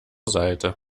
seite